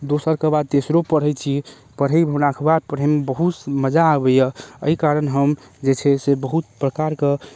दोसरके बाद तेसरो पढ़ै छी पढ़ैमे हमरा अखबार पढ़ैमे बहुत मजा आबैय अइ कारण हम जे छै से बहुत प्रकारके